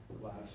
Last